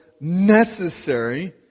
necessary